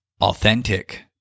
Authentic